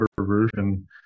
version